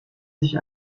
sich